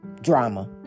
drama